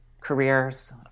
careers